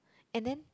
and then